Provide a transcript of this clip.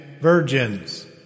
virgins